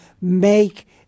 make